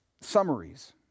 summaries